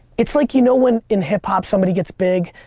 it's like, you know when in hip-hop, somebody gets big?